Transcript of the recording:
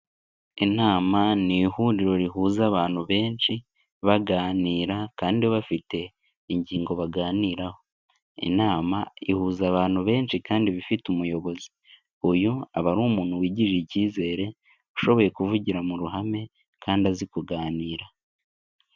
Inama ni ihuriro rihuza abantu benshi baganira kandi bafite ingingo baganiraho, inama ihuza abantu benshi kandi iba ifite umuyobozi, uyu aba ari umuntu wigirira icyizere ushoboye kuvugira mu ruhame kandi azi kuganira.